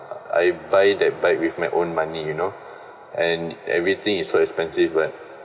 I buy that bike with my own money you know and everything is so expensive but